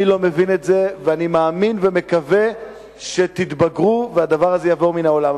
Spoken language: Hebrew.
אני לא מבין את זה ואני מאמין ומקווה שתתבגרו והדבר הזה יעבור מן העולם.